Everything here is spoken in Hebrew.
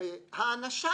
האנשה